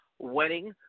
Wedding